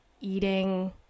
eating